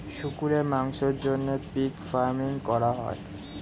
শুকরের মাংসের জন্য পিগ ফার্মিং করা হয়